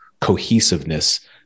cohesiveness